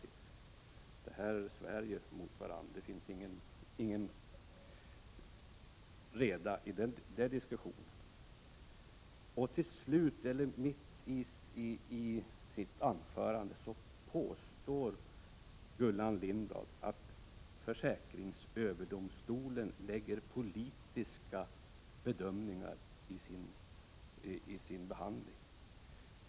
Dessa yttranden svär ju mot varandra. Det finns ingen reda i den diskussionen. Gullan Lindblad påstod att försäkringsöverdomstolen lägger in politiska bedömningar i sin behandling.